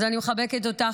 אז אני מחבקת אותך,